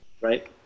right